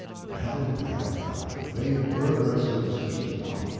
well, well, well, they were a superstitious lot.